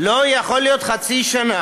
לא יכול להיות שבמשך